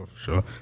sure